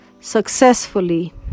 successfully